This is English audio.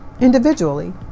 individually